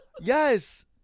Yes